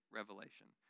revelation